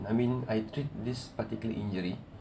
I mean I treat this particular injury